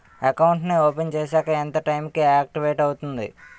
Account నీ open చేశాక ఎంత టైం కి ఆక్టివేట్ అవుతుంది?